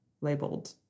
labeled